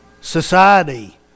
society